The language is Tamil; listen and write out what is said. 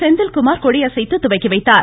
செந்தில்குமார் கொடியசைத்து துவக்கி வைத்தார்